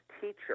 teacher